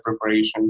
preparation